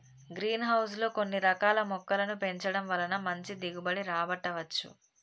green house లో కొన్ని రకాల మొక్కలను పెంచడం వలన మంచి దిగుబడి రాబట్టవచ్చు